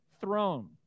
throne